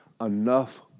enough